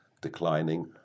declining